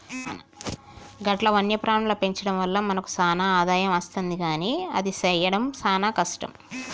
గట్ల వన్యప్రాణుల పెంచడం వల్ల మనకు సాన ఆదాయం అస్తుంది కానీ అది సెయ్యడం సాన కష్టం